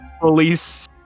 Police